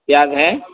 پیاز ہے